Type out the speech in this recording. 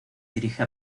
dirige